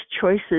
choices